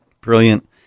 Brilliant